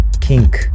Kink